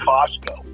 Costco